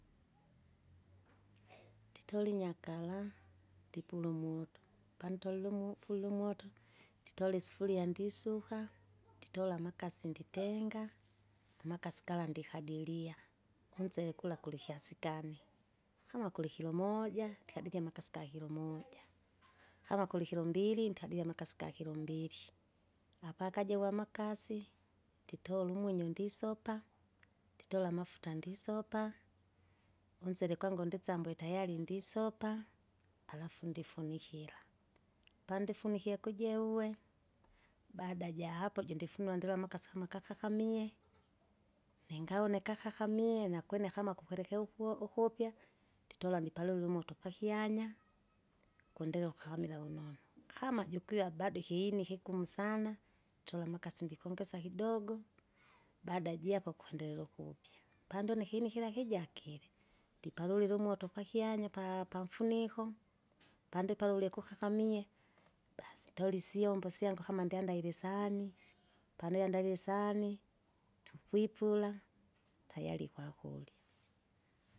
nditora inyakara, ndipule umoto, pantolile umo- pulila umoto, nditole isufuria ndisuka, nditola amakasi nditenga, amakasi gala ndikadilia, unsele kula kulikyasi gani? kama kuli kilo moja! ndikadije amakasi gakilo moja, kama kulikilo mbili ntadidile amakasi gakilo mbili, apakajiva amakasi, nditola umwinyo ndisopa, nditola amafuta amafuta ndisopa, unsele gwangu ndisambue tayari ndisopa, halafu ndifukira, pandifunikie kujaewe, baada jahapo jindifunua ndiloa amakasi kama kakakamie, ningaone kakakamie nakwene kama kukwereke ukuo- ukupya, nditola ndipalulile umoto pakyanya. kwendelea ukamila vunonu, kama jukwiya bado ikiini kigumu sana, tutola amakasi ndikongesya kidogo baada japo kwandendelila ukupya. Pande une ikiini kila kijakile, ndipalulile umoto pakyanya pa- pamfuniko, pandipalulie kukakamie, basi ntola isyombo syangu kama ndyandaile isahani, pande andavie isahani, tukwipula, tayari kwakurya.